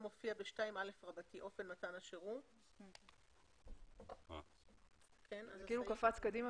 קודם ואיזה שירות נכנס אחר כך.